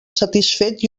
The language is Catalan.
satisfet